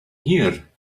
here